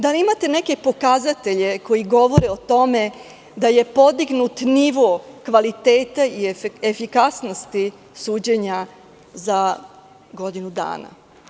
Da li imate neke pokazatelje koji govore o tome da je podignut nivo kvaliteta i efikasnosti suđenja za godinu dana?